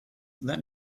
let